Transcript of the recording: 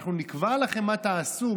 אנחנו נקבע לכם מה תעשו,